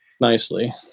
Nicely